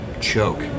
choke